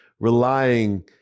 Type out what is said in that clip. relying